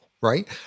right